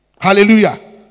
Hallelujah